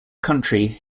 country